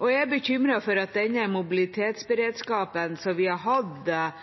Jeg er bekymret for at denne mobilitetsberedskapen som vi har hatt